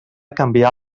canviar